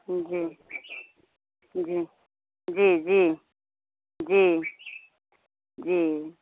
जी जी जी जी जी जी